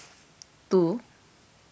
two